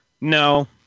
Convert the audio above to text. no